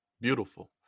Beautiful